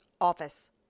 office